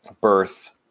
birth